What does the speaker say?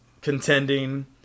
contending